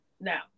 Now